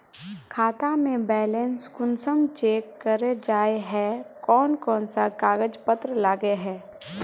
खाता में बैलेंस कुंसम चेक करे जाय है कोन कोन सा कागज पत्र लगे है?